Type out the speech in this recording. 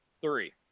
Three